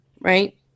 right